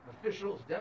Officials